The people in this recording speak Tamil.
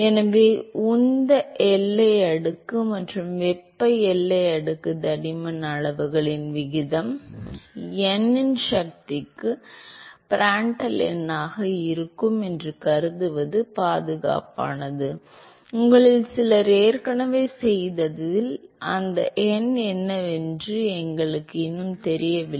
எனவே உந்த எல்லை அடுக்கு மற்றும் வெப்ப எல்லை அடுக்கு தடிமன் அளவுகளின் விகிதம் n இன் சக்திக்கு Prandtl எண்ணாக இருக்கும் என்று கருதுவது பாதுகாப்பானது உங்களில் சிலர் ஏற்கனவே செய்ததில் அந்த n என்னவென்று எங்களுக்கு இன்னும் தெரியவில்லை